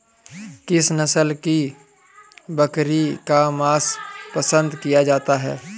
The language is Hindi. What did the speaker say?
किस नस्ल की बकरी का मांस पसंद किया जाता है?